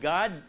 God